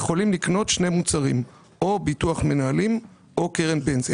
הם יכולים לקנות שני מוצרים: או ביטוח מנהלים או קרן פנסיה.